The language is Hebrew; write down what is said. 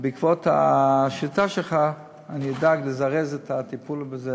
ובעקבות השאילתה שלך אני אדאג לזרז את הטיפול בזה,